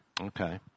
Okay